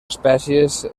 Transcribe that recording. espècies